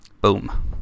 Boom